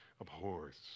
abhors